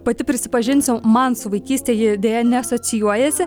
pati prisipažinsiu man su vaikyste ji deja neasocijuojasi